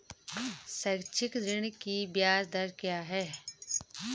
शैक्षिक ऋण की ब्याज दर क्या है?